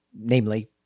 namely